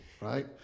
right